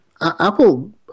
Apple